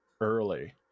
early